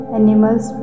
animals